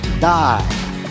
die